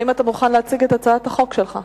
האם אתה מוכן להציג את הצעת החוק שלך?